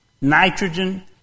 nitrogen